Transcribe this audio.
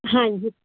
ਹਾਂਜੀ